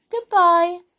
Goodbye